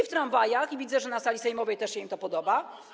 W tramwajach, ale widzę, że na sali sejmowej też im się to podoba.